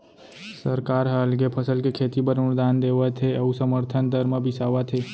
सरकार ह अलगे फसल के खेती बर अनुदान देवत हे अउ समरथन दर म बिसावत हे